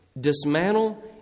dismantle